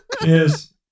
Yes